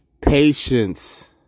patience